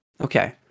Okay